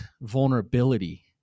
vulnerability